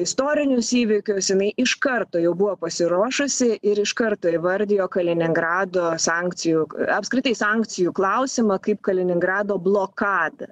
istorinius įvykius jinai iš karto jau buvo pasirošusi ir iš karto įvardijo kaliningrado sankcijų apskritai sankcijų klausimą kaip kaliningrado blokadą